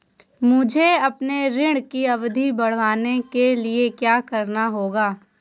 मुझे अपने ऋण की अवधि बढ़वाने के लिए क्या करना होगा?